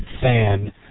fan